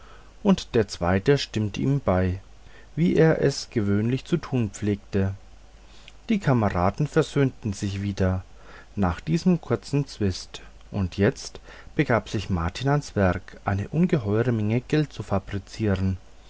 und der zweite stimmte ihm bei wie er es gewöhnlich zu tun pflegte die kameraden versöhnten sich wieder nach diesem kurzen zwist und jetzt begab sich martin ans werk eine ungeheure menge geld zu fabrizieren